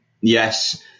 yes